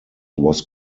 was